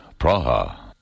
Praha